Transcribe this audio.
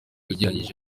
ugereranyije